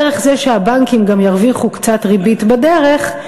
דרך זה שהבנקים גם ירוויחו קצת ריבית בדרך,